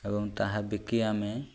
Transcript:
ଏବଂ ତାହା ବିକି ଆମେ